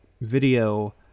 video